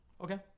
Okay